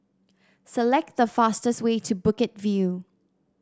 select the fastest way to Bukit View